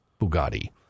Bugatti